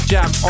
Jam